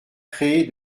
créer